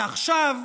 ועכשיו,